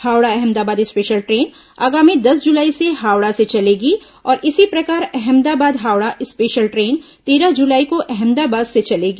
Howrah Ahmedabad special train आगामी दस जुलाई से हावड़ा से चलेगी और इसी प्रकार अहमदाबाद हावड़ा स्पेशल ट्रेन तेरह जुलाई को अहमदाबाद से चलेगी